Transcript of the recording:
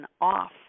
off